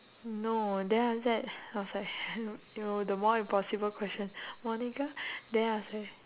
no then after that I was like no the more impossible question monica then I was like